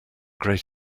great